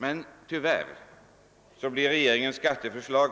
Men tyvärr blir regeringens skatteförslag